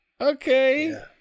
Okay